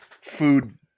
Food